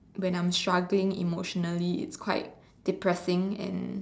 when I'm struggling emotionally it's quite depressing and